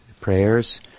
prayers